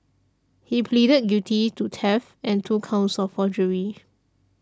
he pleaded guilty to theft and two counts of forgery